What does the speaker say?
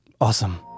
Awesome